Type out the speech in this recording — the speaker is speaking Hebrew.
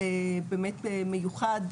למרכז,